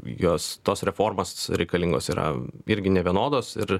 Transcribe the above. jos tos reformos reikalingos yra irgi nevienodos ir